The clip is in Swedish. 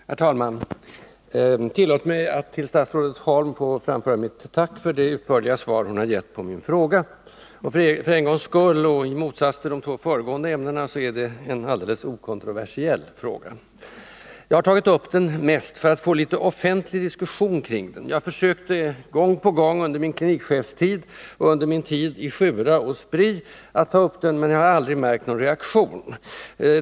Herr talman! Tillåt mig att till statsrådet Holm få framföra mitt tack för det utförliga svar hon gett på min fråga. För en gångs skull — och i motsats till de två föregående ämnena — är det en alldeles okontroversiell fråga. Jag har tagit upp den mest för att få litet offentlig diskussion kring den. Jag försökte gång på gång under min klinikchefstid, och under min tidi Sjura och Spri, att ta upp den, men jag har aldrig märkt någon reaktion.